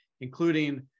including